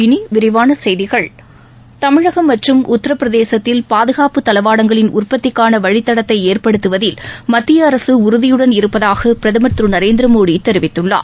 இனி விரிவான செய்திகள் தமிழகம் மற்றும் உத்தரப்பிரதேசத்தில் பாதுகாப்பு தளவாடங்களின் உற்பத்திக்கான வழித்தடத்தை ஏற்படுத்துவதில் மத்தியஅரசு உறுதியுடன் இருப்பதாக பிரதமர் திரு நரேந்திர மோடி தெரிவித்துள்ளார்